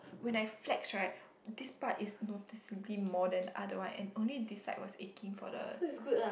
when I flex right this part is noticeably more than other one and only this side was aching for the